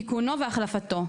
תיקונו והחלפתו,